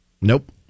Nope